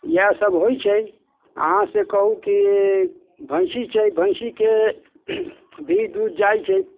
इएह सब होइ छै अहाँ से कहू कि भैँसी छै भैँसीके भी दूध जाइ छै